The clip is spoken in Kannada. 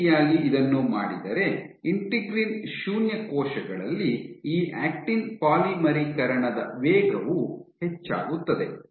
ಈ ರೀತಿಯಾಗಿ ಇದನ್ನು ಮಾಡಿದರೆ ಇಂಟಿಗ್ರಿನ್ ಶೂನ್ಯ ಕೋಶಗಳಲ್ಲಿ ಈ ಆಕ್ಟಿನ್ ಪಾಲಿಮರೀಕರಣದ ವೇಗವು ಹೆಚ್ಚಾಗುತ್ತದೆ